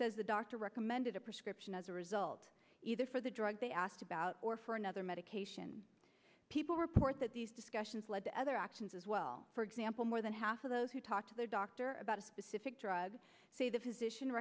says the doctor recommended a prescription as a result either for the drug they asked about or for another medication people report that these discussions lead to other actions as well for example more than half of those who talk to their doctor about a specific drug say the p